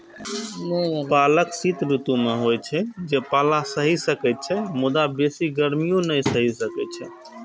पालक शीत ऋतु मे होइ छै, जे पाला सहि सकै छै, मुदा बेसी गर्मी नै सहि सकै छै